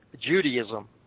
Judaism